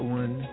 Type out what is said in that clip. one